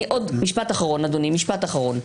משפט אחרון,